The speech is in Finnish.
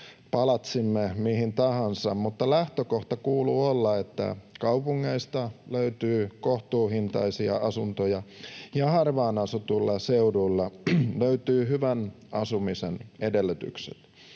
palatsimme mihin tahansa, mutta lähtökohdan kuuluu olla se, että kaupungeista löytyy kohtuuhintaisia asuntoja ja harvaan asutuilta seuduilta löytyvät hyvän asumisen edellytykset.